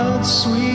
Sweet